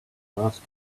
last